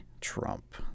Trump